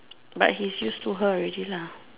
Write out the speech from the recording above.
but he is used to her already lah